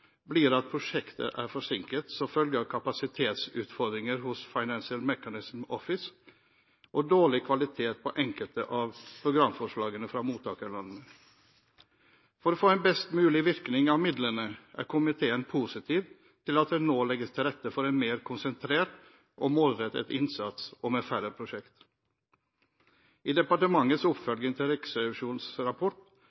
forsinket som følge av kapasitetsutfordringer hos The Financial Mechanism Office og det blir dårlig kvalitet på enkelte av programforslagene fra mottakerlandene. For å få en best mulig virkning av midlene er komiteen positiv til at det nå legges til rette for en mer konsentrert og målrettet innsats og med færre prosjekter. I departementets